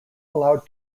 allowed